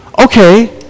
Okay